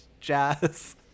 jazz